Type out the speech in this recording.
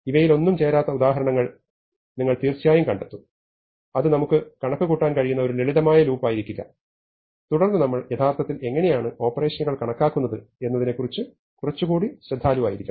ഇവയിലൊന്നും ചേരാത്ത ഉദാഹരണങ്ങൾ നമ്മൾ തീർച്ചയായും കണ്ടെത്തും അത് നമുക്ക് കണക്കുകൂട്ടാൻ കഴിയുന്ന ഒരു ലളിതമായ ലൂപ്പായിരിക്കില്ല തുടർന്ന് നമ്മൾ യഥാർത്ഥത്തിൽ എങ്ങനെയാണ് ഓപ്പറേഷനുകൾ കണക്കാക്കുന്നത് എന്നതിനെക്കുറിച്ച് കുറച്ചുകൂടി ശ്രദ്ധാലുവായിരിക്കണം